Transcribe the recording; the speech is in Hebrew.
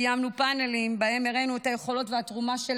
קיימנו פאנלים שבהם הראינו את היכולת והתרומה של